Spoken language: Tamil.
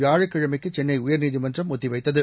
வியாழக்கிழமைக்கு சென்னை உயர்நீதிமன்றம் ஒத்தி வைத்தது